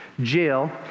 jail